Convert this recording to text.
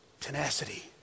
tenacity